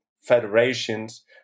federations